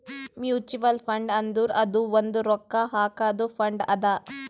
mutual fund ಅಂದುರ್ ಅದು ಒಂದ್ ರೊಕ್ಕಾ ಹಾಕಾದು ಫಂಡ್ ಅದಾ